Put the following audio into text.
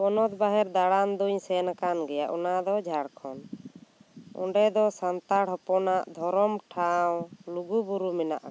ᱯᱚᱱᱚᱛ ᱵᱟᱦᱮᱨ ᱫᱟᱬᱟᱱ ᱫᱚᱧ ᱥᱮᱱ ᱟᱠᱟᱱ ᱜᱮᱭᱟ ᱚᱱᱟ ᱫᱚ ᱡᱷᱟᱲᱠᱷᱚᱸᱰ ᱚᱸᱰᱮ ᱫᱚ ᱥᱟᱱᱛᱟᱲ ᱦᱚᱯᱚᱱᱟᱜ ᱫᱷᱚᱨᱚᱢ ᱴᱷᱟᱶ ᱞᱩᱜᱩ ᱵᱩᱨᱩ ᱢᱮᱱᱟᱜ ᱟᱠᱟᱫᱟ